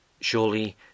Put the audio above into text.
Surely